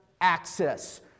access